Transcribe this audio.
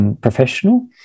Professional